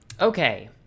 Okay